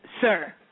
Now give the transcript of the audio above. sir